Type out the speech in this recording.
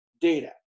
data